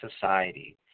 society